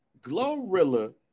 Glorilla